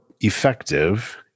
effective